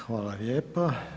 Hvala lijepa.